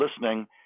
listening